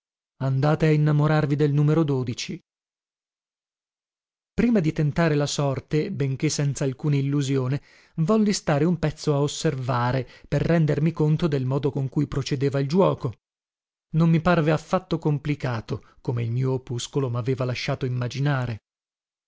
andate a innamorarvi del numero rima di tentare la sorte benché senzalcuna illusione volli stare un pezzo a osservare per rendermi conto del modo con cui procedeva il giuoco non mi parve affatto complicato come il mio opuscolo maveva lasciato immaginare